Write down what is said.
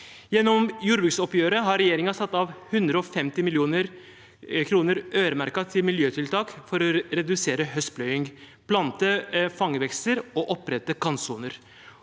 Gjennom jordbruksoppgjøret har regjeringen satt av 150 mill. kr øremerket til miljøtiltak for å redusere høstpløying, plante fangvekster og opprette kantsoner.